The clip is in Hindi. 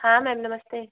हाँ म्याम नमस्ते